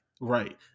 right